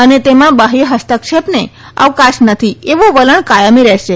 અને તેમાં બાહ્ય હસ્તક્ષેપને અવકાશ નથી એવું વલણ કાયમી રહેશે